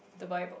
the Bible